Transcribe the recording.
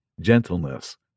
gentleness